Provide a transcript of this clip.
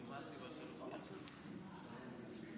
חברת הכנסת שרון ניר,